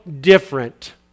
different